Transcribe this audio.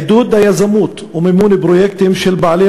עידוד היזמות ומימון פרויקטים של בעלי